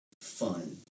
fun